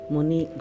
Muni